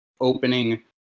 opening